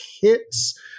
hits